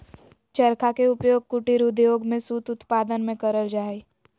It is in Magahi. चरखा के उपयोग कुटीर उद्योग में सूत उत्पादन में करल जा हई